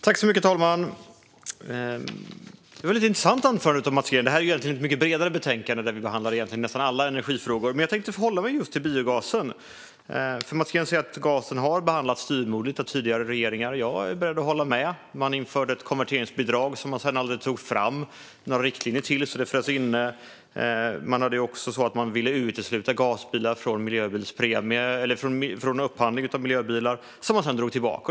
Fru talman! Det var ett intressant anförande av Mats Green. Egentligen är detta ett mycket bredare betänkande där vi behandlar nästan alla energifrågor. Men jag tänkte hålla mig just till biogasen. Mats Green säger att gasen har behandlats styvmoderligt av tidigare regeringar. Jag är beredd att hålla med om det. Man införde ett konverteringsbidrag som man sedan aldrig tog fram några riktlinjer till, så det frös inne. Man ville också utesluta gasbilar från upphandlingar av miljöbilar, vilket man sedan drog tillbaka.